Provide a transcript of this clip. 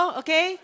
okay